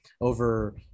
over